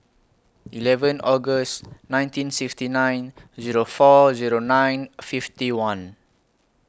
eleven August nineteen sixty nine Zero four Zero nine fifty one